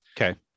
Okay